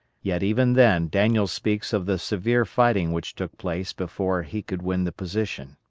yet even then daniel speaks of the severe fighting which took place before he could win the position.